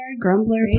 Grumbler